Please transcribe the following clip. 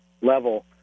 level